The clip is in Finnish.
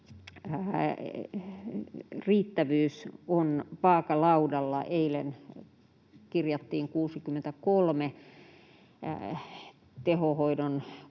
riittävyys on vaakalaudalla. Eilen kirjattiin 63 tehohoidon